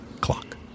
clock